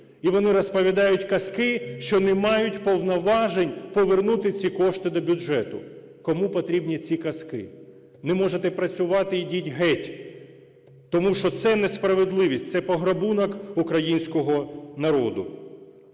І вони розповідають казки, що не мають повноважень повернути ці кошти до бюджету. Кому потрібні ці казки? Не можете працювати – ідіть геть. Тому що це несправедливість, це пограбунок українського народу.